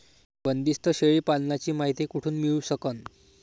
बंदीस्त शेळी पालनाची मायती कुठून मिळू सकन?